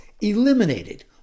eliminated